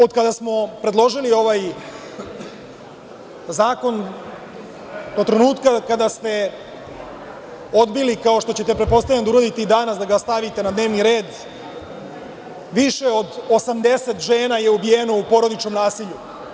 Od kada smo predložili ovaj zakon do trenutka kada ste odbili, kao što ćete, pretpostavljam, da uradite i danas, da ga stavite na dnevni red, više od osamdeset žena je ubijeno u porodičnom nasilju.